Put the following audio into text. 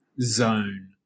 zone